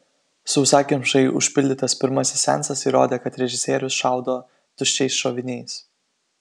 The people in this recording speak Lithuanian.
sausakimšai užpildytas pirmasis seansas įrodė kad režisierius šaudo tuščiais šoviniais